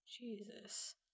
Jesus